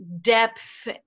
depth